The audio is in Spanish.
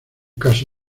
caso